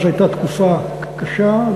אז הייתה תקופה קשה,